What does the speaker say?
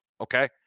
Okay